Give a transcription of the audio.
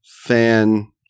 fan